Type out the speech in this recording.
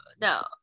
no